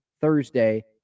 Thursday